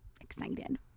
excited